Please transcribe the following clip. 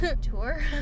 tour